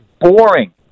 boring